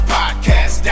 Podcast